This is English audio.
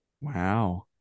Wow